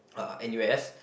uh N U S